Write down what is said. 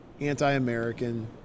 anti-American